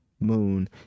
moon